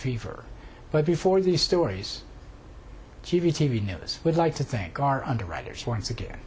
fever but before these stories t v t v news would like to thank our underwriters once again